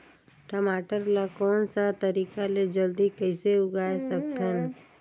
टमाटर ला कोन सा तरीका ले जल्दी कइसे उगाय सकथन?